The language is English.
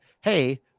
hey